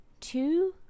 two